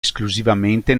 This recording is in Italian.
esclusivamente